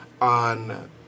on